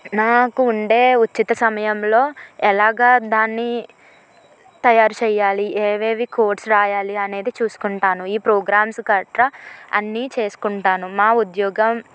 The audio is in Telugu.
నాకు ఉండే ఉచిత సమయంలో ఎలాగా దాన్ని తయారు చెయ్యాలి ఏవేవి కోడ్స్ రాయాలి అనేది చూసుకుంటాను ఈ ప్రోగ్రామ్స్ కరెక్ట్గా అన్నీ చేసుకుంటాను మా ఉద్యోగం